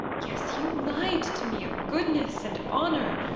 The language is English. yes, you lied to me of goodness and honour,